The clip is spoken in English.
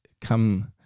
come